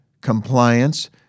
compliance